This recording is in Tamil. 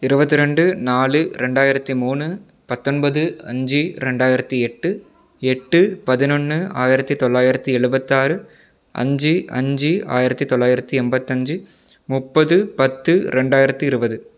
இருபத்தி ரெண்டு நாலு ரெண்டாயிரத்து மூணு பத்தொன்பது அஞ்சு ரெண்டாயிரத்து எட்டு எட்டு பதினொன்று ஆயிரத்து தொள்ளாயிரத்து எழுபத்தாறு அஞ்சு அஞ்சு ஆயிரத்து தொள்ளாயிரத்து எண்பத்தஞ்சி முப்பது பத்து ரெண்டாயிரத்து இருபது